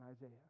Isaiah